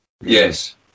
Yes